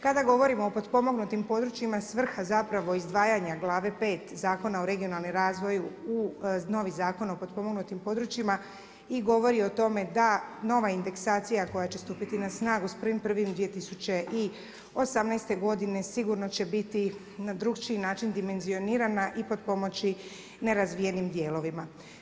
Kada govorimo o potpomognutim područjima, svrha zapravo izdvajanja glave 5 Zakona o regionalnom razvoju u novi Zakon o potpomognutim područjima, i govori o tome da nova indeksacija koja će stupiti na snagu s 1.1.2018. godine sigurno će biti na drugi način dimenzionirana i potpomoći nerazvijenim dijelovima.